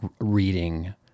reading